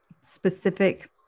specific